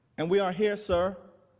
and we are here, sir,